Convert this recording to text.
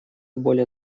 более